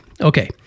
okay